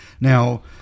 Now